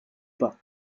pas